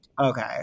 Okay